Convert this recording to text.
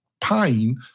pain